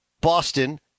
Boston